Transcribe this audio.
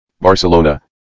barcelona